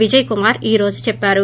విజయకుమార్ ఈ రోజు చెప్పారు